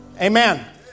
Amen